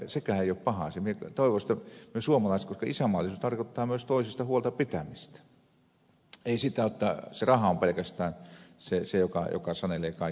minä toivoisin sitä meiltä suomalaisilta koska isänmaallisuus tarkoittaa myös toisista huolta pitämistä ei sitä jotta se raha on pelkästään se joka sanelee kaikki asiat